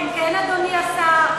כן, כן, כן, כן, אדוני השר.